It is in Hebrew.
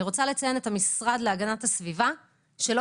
אני רוצה לציין את המשרד להגנת הסביבה שלא